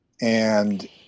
And-